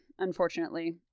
unfortunately